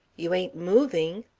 you ain't moving?